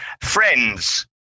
friends